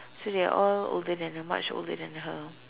so they are all older than her much older than her